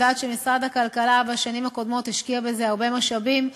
אני יודעת שמשרד הכלכלה בשנים הקודמות השקיע בזה הרבה משאבים,